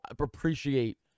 appreciate